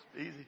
Easy